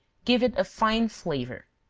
give it a fine flavor.